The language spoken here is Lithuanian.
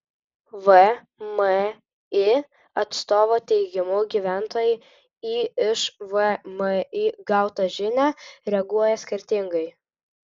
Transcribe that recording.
vmi atstovo teigimu gyventojai į iš vmi gautą žinią reaguoja skirtingai